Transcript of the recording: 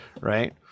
right